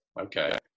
Okay